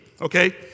Okay